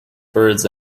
birds